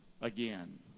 again